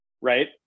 right